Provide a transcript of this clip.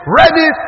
ready